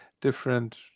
different